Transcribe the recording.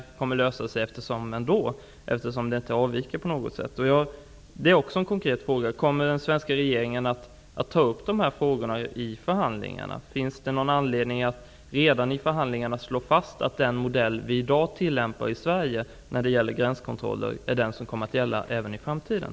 Frågan kommer ändå att lösas, eftersom offentlighetsprincipen inte avviker på något sätt. Några konkreta frågor: Kommer regeringen att ta upp dessa frågor i förhandlingarna? Finns det någon anledning att redan i förhandlingarna slå fast att den modell som tillämpas i Sverige när det gäller gränskontroller kommer att gälla även i framtiden?